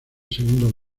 segundo